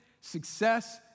success